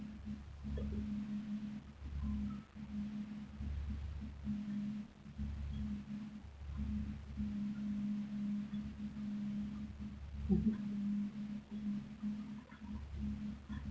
mmhmm